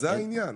זה העניין.